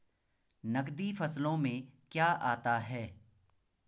नकदी फसलों में क्या आता है?